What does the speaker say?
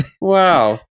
Wow